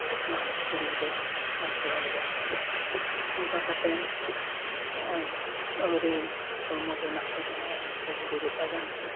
ᱚᱱᱟ ᱠᱩᱲᱤ ᱜᱤᱫᱽᱨᱟᱹ ᱟᱨ ᱠᱚᱲᱟ ᱜᱤᱫᱽᱨᱟᱹ ᱠᱚ ᱱᱚᱝᱠᱟ ᱠᱟᱛᱮᱱ ᱱᱚᱜᱼᱚᱸᱭ ᱟᱹᱣᱨᱤ ᱦᱚᱲᱢᱚ ᱵᱮᱱᱟᱜ ᱛᱮᱜᱮ ᱠᱚ ᱡᱩᱨᱤ ᱡᱚᱛᱟ ᱡᱚᱝ ᱠᱟᱱᱟ